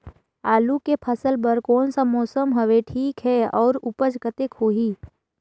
आलू के फसल बर कोन सा मौसम हवे ठीक हे अउर ऊपज कतेक होही?